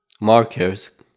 markers